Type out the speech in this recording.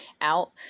out